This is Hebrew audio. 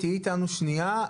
תהיי איתנו שנייה,